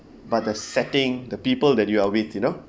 but the setting the people that you are with you know